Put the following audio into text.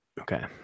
Okay